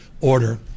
order